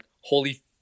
holy